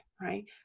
right